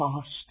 past